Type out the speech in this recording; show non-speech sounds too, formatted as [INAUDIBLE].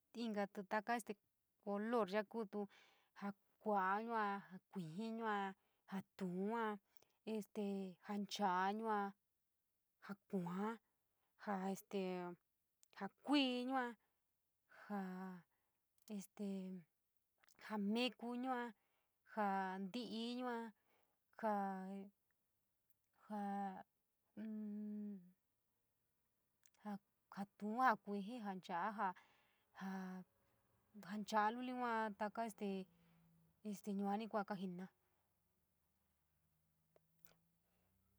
Inkatu taka calor yaa kutu jaa kuayua, jaa kuiji yua, jaa tuun yua, este jaa ncháá yua, jaa kuua, jaa este jaa kuii yua, jaa este jaa meku yua, jaa nti’i yua, jaa jaa [HESITATION] jaa tuun, jaa kuiji, jaa chaa jaa nehaa luli yua, taka este yuani kuu jaa kajinina.